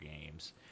games